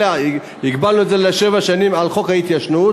אלא הגבלנו את זה לעשר שנים על-פי חוק ההתיישנות.